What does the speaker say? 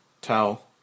Towel